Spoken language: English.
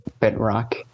Bitrock